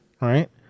right